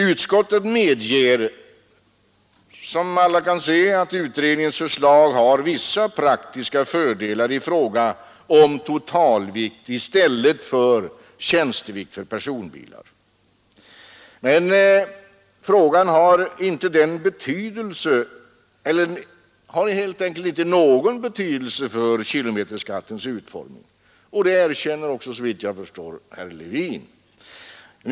Utskottet medger som alla kan se att utredningens förslag har vissa praktiska fördelar i fråga om totalvikt i stället för tjänstevikt på personbilar. Men frågan har helt enkelt inte någon betydelse för kilometerskattens utformning. Det erkänner också herr Levin såvitt jag förstår.